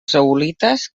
zeolites